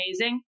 amazing